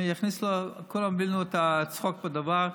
כולם הבינו את הצחוק בדבר,